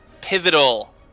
pivotal